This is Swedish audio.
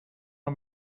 och